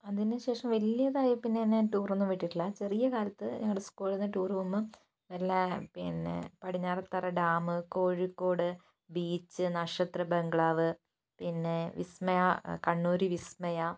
അതിനുശേഷം വലിയതായതിൽപ്പിന്നെ എന്നെ ടൂർ ഒന്നും വിട്ടിട്ടില്ല ചെറിയകാലത്ത് ഞങ്ങളുടെ സ്കൂളീൽനിന്ന് ടൂർ പോകുമ്പം വല്ല പിന്നെ പടിഞ്ഞാറത്തറ ഡാം കോഴിക്കോട് ബീച്ച് നക്ഷത്ര ബംഗ്ളാവ് പിന്നെ വിസ്മയ കണ്ണൂർ വിസ്മയ